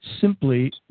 simply